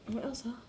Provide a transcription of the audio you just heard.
what else ah